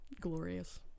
Glorious